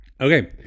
Okay